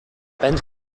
bent